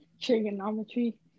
Trigonometry